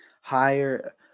higher